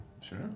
Sure